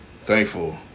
thankful